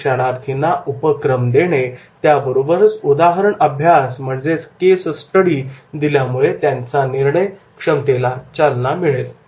प्रशिक्षणार्थींना उपक्रम देणे त्याबरोबरच उदाहरण अभ्यास केस स्टडी दिल्यामुळे त्यांच्या निर्णय क्षमतेला चालना मिळेल